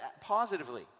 positively